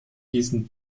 diesen